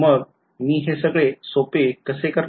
मग मी हे सगळे सोपे कसे करणार